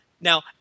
Now